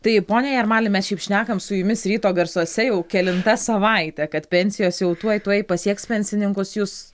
tai pone jarmali mes šiaip šnekam su jumis ryto garsuose jau kelinta savaitė kad pensijos jau tuoj tuoj pasieks pensininkus jūs